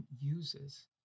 uses